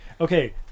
Okay